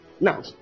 Now